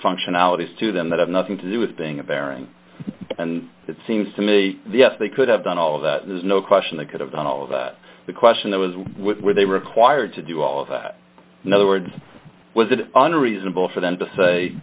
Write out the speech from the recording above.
functionalities to them that have nothing to do with being a bearing and it seems to me yes they could have done all of that there's no question they could have done all of that the question that was what were they required to do all of that no other words was it unreasonable for them to say